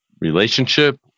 relationship